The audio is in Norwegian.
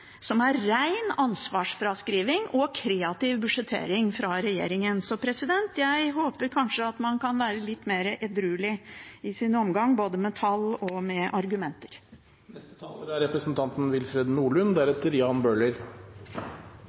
som er ren ansvarsfraskriving og kreativ budsjettering fra regjeringen. Jeg håper at man kanskje kan være litt mer edruelig i sin omgang med både tall og argumenter. Det var representanten